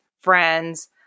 friends